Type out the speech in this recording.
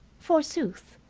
forsooth!